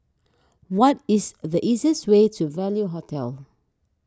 what is the easiest way to Value Hotel